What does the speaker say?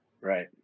Right